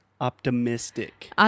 Optimistic